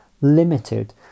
limited